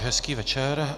Hezký večer.